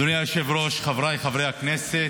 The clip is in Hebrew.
אדוני היושב-ראש, חבריי חברי הכנסת,